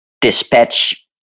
dispatch